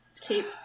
tape